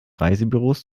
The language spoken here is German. reisebüros